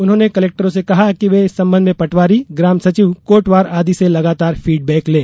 उन्होंने कलेक्टरों से कहा कि वे इस संबंध में पटवारी ग्राम सचिव कोटवार आदि से लगातार फीडबैक लें